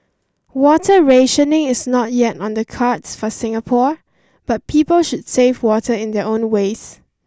water rationing is not yet on the cards for Singapore but people should save water in their own ways